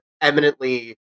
eminently